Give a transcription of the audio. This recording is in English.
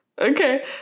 Okay